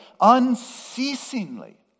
unceasingly